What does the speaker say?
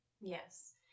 Yes